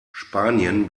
spanien